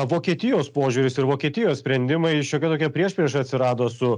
vokietijos požiūris ir vokietijos sprendimai šiokia tokia priešprieša atsirado su